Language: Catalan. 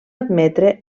admetre